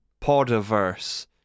Podiverse